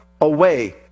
away